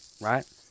right